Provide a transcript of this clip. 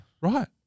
right